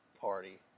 party